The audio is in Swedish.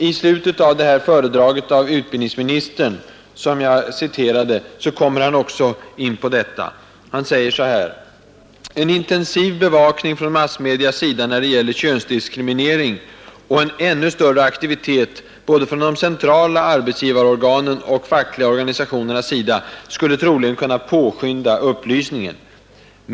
I slutet av föredraget kommer utbildningsministern in på detta och säger: ”En intensiv bevakning från massmedias sida när det gäller könsdiskriminering, och ännu större aktivitet både från de centrala arbetsgivarorganen och de fackliga organisationernas sida, skulle troligen kunna påskynda upplysningen.